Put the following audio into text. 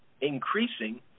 increasing